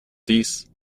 dix